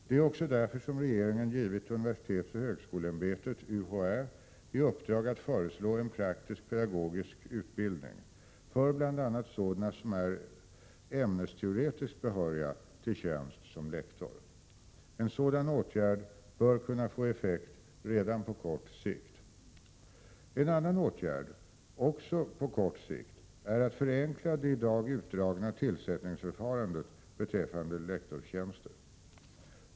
Det är också därför som regeringen givit universitetsoch högskoleämbetet i uppdrag att föreslå en praktiskpedagogisk utbildning för bl.a. sådana som är ämnesteoretiskt behöriga till tjänst som lektor. En sådan åtgärd bör kunna få effekt redan på kort sikt. En annan åtgärd — också på kort sikt — är att förenkla det i dag utdragna tillsättningsförfarandet beträffande lektorstjänster.